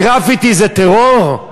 גרפיטי זה טרור?